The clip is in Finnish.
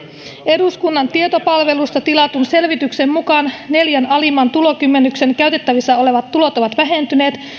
eduskunnan tietopalvelusta tilatun selvityksen mukaan neljän alimman tulokymmenyksen käytettävissä olevat tulot ovat vähentyneet